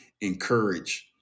encourage